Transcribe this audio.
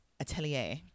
atelier